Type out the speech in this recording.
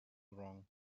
wrong